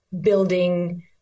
building